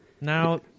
Now